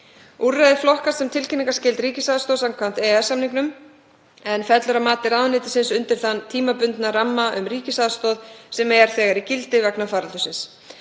Úrræðið flokkast sem tilkynningarskyld ríkisaðstoð samkvæmt EES-samningnum en fellur að mati ráðuneytisins undir þann tímabundna ramma um ríkisaðstoð sem er þegar í gildi vegna faraldursins.